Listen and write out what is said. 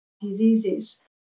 diseases